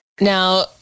Now